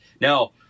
Now